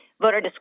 voter